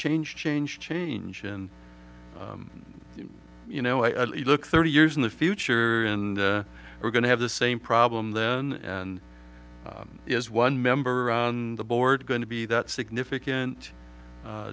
change change change and you know i look thirty years in the future and we're going to have the same problem then and is one member of the board going to be that significant